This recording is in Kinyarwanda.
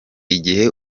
igihe